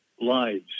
lives